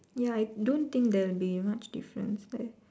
ya I don't think there will be much difference there